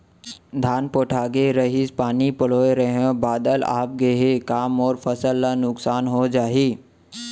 धान पोठागे रहीस, पानी पलोय रहेंव, बदली आप गे हे, का मोर फसल ल नुकसान हो जाही?